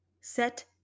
Set